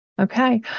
Okay